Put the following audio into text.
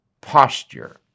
posture